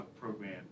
program